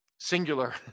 Singular